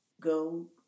go